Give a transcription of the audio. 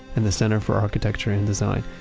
and the center for architecture and design.